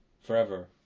Forever